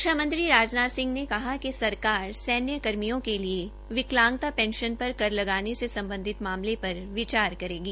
रक्षा मंत्री राजनाथ सिंह ने कहा है कि सरकार सैन्य कर्मियों के लिये विकलांगता पेंशन पर कर लगाने से सम्बधित मामले पर विचार करेगी